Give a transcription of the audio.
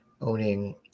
owning